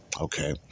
okay